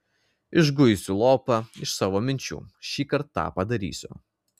išguisiu lopą iš savo minčių šįkart tą padarysiu